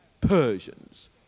Persians